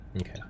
okay